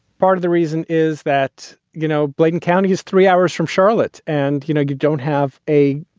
part of the reason is that, you know, bladen county is three hours from charlotte. and, you know, you don't have a.